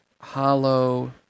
Hollow